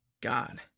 God